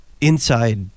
inside